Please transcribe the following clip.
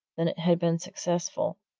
then it had been successful,